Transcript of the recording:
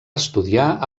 estudiar